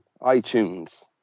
iTunes